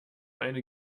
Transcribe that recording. eine